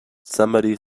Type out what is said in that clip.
somebody